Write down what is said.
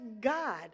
God